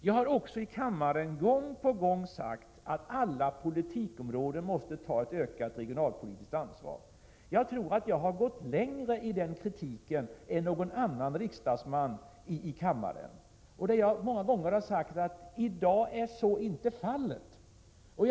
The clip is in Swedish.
Jag har också i kammaren gång på gång sagt att man på alla politikområden måste ta ett ökat regionalpolitiskt ansvar. Jag tror att jag har gått längre i denna kritik än någon riksdagsman i kammaren. Jag har många gånger sagt att så inte är fallet i dag.